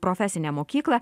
profesinę mokyklą